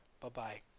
Bye-bye